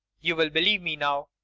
you'll believe me now.